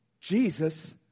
Jesus